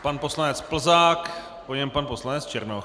Pan poslanec Plzák, po něm pan poslanec Černoch.